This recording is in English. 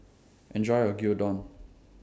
Enjoy your Gyudon